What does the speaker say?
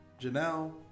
Janelle